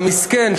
המסכן,